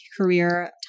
career